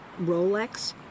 Rolex